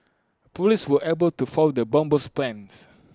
Police were able to foil the bomber's plans